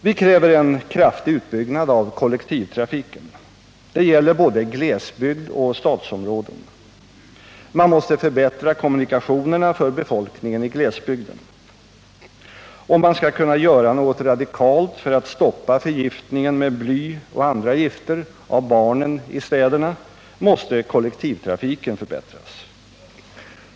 Vi kräver en kraftig utbyggnad av kollektivtrafiken. Det gäller både glesbygd och stadsområden. Man måste förbättra kommunikationerna för befolkningen i glesbygden. Om man skall kunna göra något radikalt för att stoppa förgiftningen av barnen i städerna med bly och andra gifter måste kollektivtrafiken förbättras.